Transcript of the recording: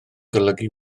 golygu